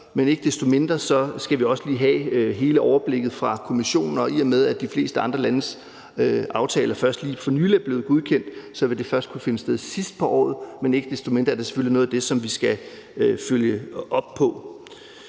men ikke desto mindre skal vi også lige have hele overblikket fra Kommissionen. Og i og med at de fleste andre lande aftaler først lige for nylig er blevet godkendt, vil det først kunne finde sted sidst på året; men ikke desto mindre er det selvfølgelig noget af det, som vi skal følge op på.